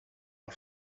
are